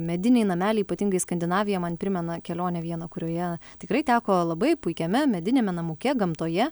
mediniai nameliai ypatingai skandinaviją man primena kelionę vieną kurioje tikrai teko labai puikiame mediniame namuke gamtoje